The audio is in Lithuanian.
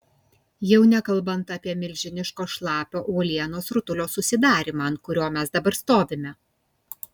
jau nekalbant apie milžiniško šlapio uolienos rutulio susidarymą ant kurio mes dabar stovime